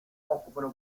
occupano